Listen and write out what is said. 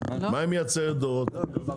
היא מייצרת דורות?